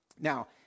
now